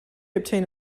obtain